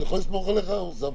אני יכול לסמוך עליך, אוסאמה?